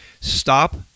Stop